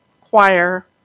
choir